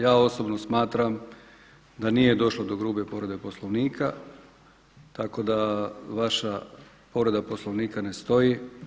Ja osobno smatram da nije došlo do grube povrede Poslovnika, tako da vaša povreda Poslovnika ne stoji.